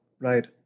Right